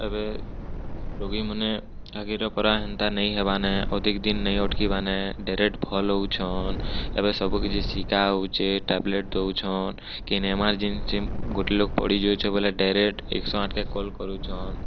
ଏବେ ରୋଗୀମାନେ ଆଗିରର୍ ପରା ହେନ୍ତା ନେଇ ହେବାନେ ଅଧିକ ଦିନ୍ ନେଇ ଉଟ୍କିବାନେ ଡାଇରେଟ୍ ଭଲ୍ ହଉଛନ୍ ଏବେ ସବୁ କିଛି ଶିଖା ହଉଛେ ଟାବ୍ଲେଟ୍ ଦୋଉଛନ୍ କେନ୍ ଏମାର୍ଜେନ୍ସି ଗୋଟେ ଲୋକ୍ ପଡ଼ିଯାଉଛେ ବଏଲେ ଡାଇରେଟ୍ ଏକ୍ ଶହ ଆଠ୍କେ କଲ୍ କରୁଛନ୍